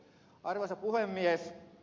arvoisa puhemies